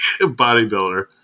bodybuilder